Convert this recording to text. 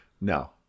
No